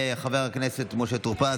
לחבר הכנסת משה טור פז,